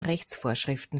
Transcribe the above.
rechtsvorschriften